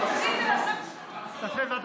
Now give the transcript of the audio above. למה?